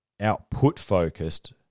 output-focused